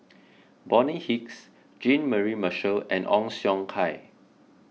Bonny Hicks Jean Mary Marshall and Ong Siong Kai